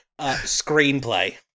Screenplay